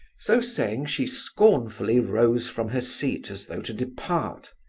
so saying, she scornfully rose from her seat as though to depart.